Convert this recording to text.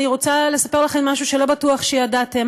אני רוצה לספר לכם משהו שלא בטוח שידעתם.